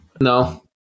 No